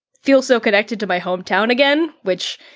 feel so connected to my hometown again, which,